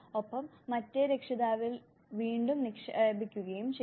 ഒപ്പം മറ്റെ രക്ഷിതാവിൽ വീണ്ടും നിക്ഷേപിക്കുകയും ചെയ്യും